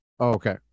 Okay